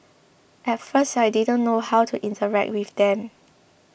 at first I didn't know how to interact with them